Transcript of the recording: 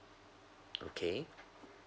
okay